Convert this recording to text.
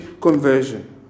conversion